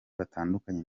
batandukanye